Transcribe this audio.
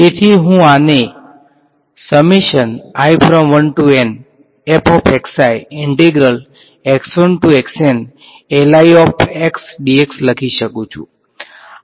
તેથી હું આને લખી શકું છું